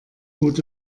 gut